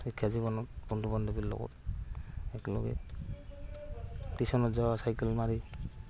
শিক্ষা জীৱনত বন্ধু বান্ধৱবীৰ লগত একেলগে টিউশ্যনত যোৱা চাইকেল মাৰি